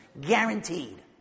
Guaranteed